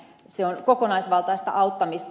se on kokonaisvaltaista auttamista